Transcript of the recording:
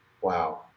Wow